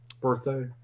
birthday